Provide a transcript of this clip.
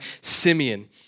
Simeon